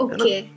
Okay